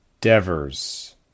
Devers